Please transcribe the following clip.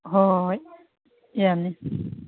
ꯍꯣꯏ ꯍꯣꯏ ꯍꯣꯏ ꯌꯥꯅꯤ